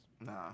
Nah